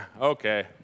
Okay